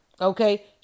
Okay